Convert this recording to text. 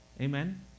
Amen